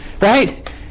right